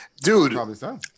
Dude